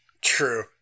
True